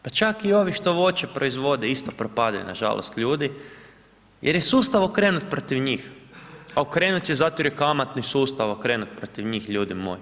Pa čak i ovi što voće proizvode isto propadaju nažalost ljudi jer je sustav okrenut protiv njih, a okrenut je zato jer kamatni sustav okrenut protiv njih ljudi moji.